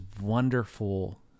wonderful